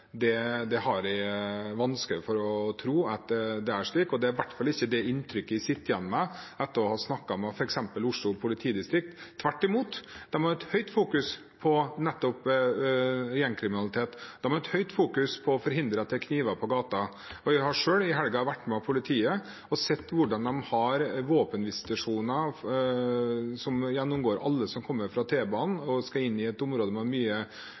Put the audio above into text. har jeg vanskelig for å tro, og det er i hvert fall ikke det inntrykket jeg sitter igjen med etter å ha snakket med f.eks. Oslo politidistrikt. Tvert imot, de har et høyt fokus på nettopp gjengkriminalitet, de har et høyt fokus på å forhindre at det er kniver på gata. Jeg har selv vært med politiet i helgen og sett hvordan de har våpenvisitasjoner, går gjennom alle som kommer fra T-banen, og som skal inn i et område med mye